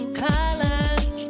colors